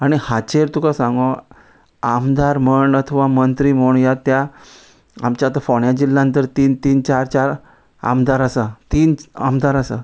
आनी हाचेर तुका सांगो आमदार म्हण अथवा मंत्री म्हण ह्या त्या आमच्या आतां फोण्या जिल्ल्यांत तर तीन तीन चार चार आमदार आसा तीन आमदार आसा